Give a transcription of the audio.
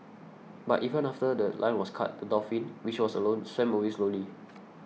but even after The Line was cut the dolphin which was alone swam away slowly